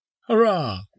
Hurrah